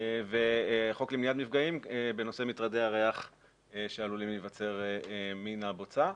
והחוק למניעת מפגעים בנושא מטרדי הריח שעלולים להיווצר מן הבוצה.